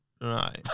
Right